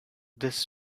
this